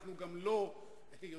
אנחנו גם לא יודעים,